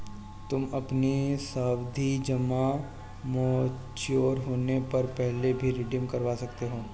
तुम अपनी सावधि जमा मैच्योर होने से पहले भी रिडीम करवा सकते हो